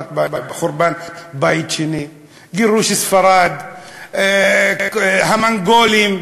חורבן בית שני, גירוש ספרד, המונגולים,